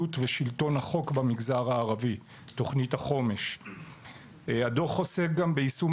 המשילות ושלטון החוק במגזר הערבי.״ הדוח עוסק גם ביישום